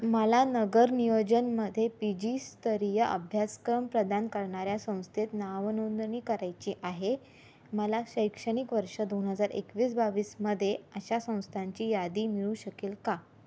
मला नगरनियोजनमध्ये P G स्तरीय अभ्यासक्रम प्रदान करणाऱ्या संस्थेत नावनोंदणी करायची आहे मला शैक्षणिक वर्ष दोन हजार एकवीस बावीसमध्ये अशा संस्थांची यादी मिळू शकेल का